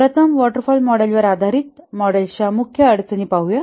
प्रथम waterfall मॉडेलवर आधारीत मॉडेल्स च्या मुख्य अडचणी पाहूया